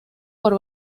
por